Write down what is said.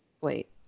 Wait